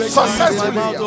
successfully